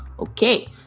Okay